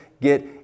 get